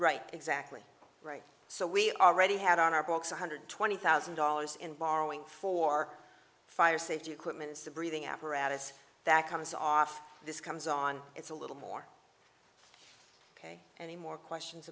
right exactly right so we already had on our books one hundred twenty thousand dollars in borrowing for fire safety equipment is the breathing apparatus that comes off this comes on it's a little more ok any more questions